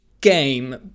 game